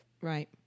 Right